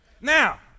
Now